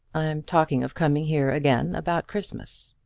i am talking of coming here again about christmas.